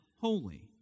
holy